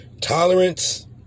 Tolerance